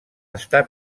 està